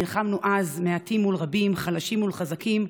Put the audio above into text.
נלחמנו אז מעטים מול רבים, חלשים מול חזקים,